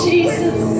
Jesus